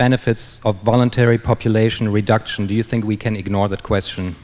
benefits of voluntary population reduction do you think we can ignore that question